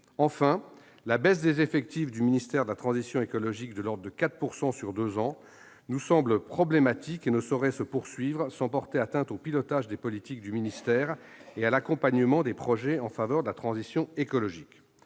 Enfin, la baisse des effectifs du ministère de la transition écologique et solidaire, de l'ordre de 4 % sur deux ans, nous semble problématique. Elle ne saurait se poursuivre sans porter atteinte au pilotage des politiques du ministère et à l'accompagnement des projets en faveur de la transition écologique.